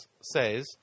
says